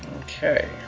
Okay